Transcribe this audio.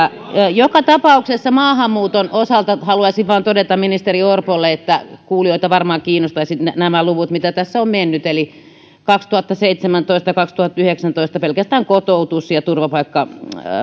joka tapauksessa maahanmuuton osalta haluaisin vain todeta ministeri orpolle että kuulijoita varmaan kiinnostaisivat nämä luvut mitä tässä on mennyt eli kaksituhattaseitsemäntoista ja kaksituhattayhdeksäntoista pelkästään kotoutus ja turvapaikkamenot